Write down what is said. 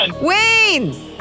Wayne